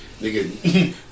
nigga